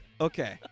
okay